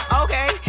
okay